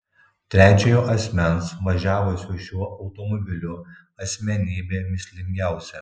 trečiojo asmens važiavusio šiuo automobiliu asmenybė mįslingiausia